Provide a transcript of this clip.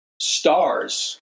stars